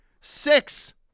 Six